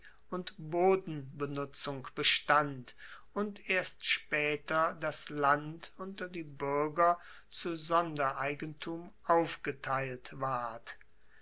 und bodenbenutzung bestand und erst spaeter das land unter die buerger zu sondereigentum aufgeteilt ward